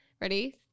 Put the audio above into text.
Ready